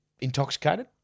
intoxicated